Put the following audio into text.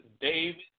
David